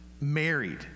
married